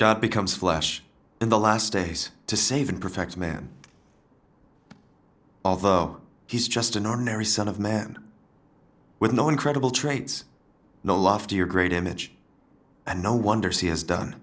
t becomes flesh in the last days to save in perfect man although he's just an ordinary son of man with no incredible traits no lofty or great image and no wonder he has done